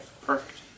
Perfect